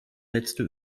letzte